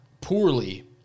poorly